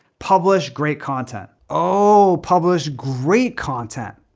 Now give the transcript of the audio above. publish great content. oh, publish great content.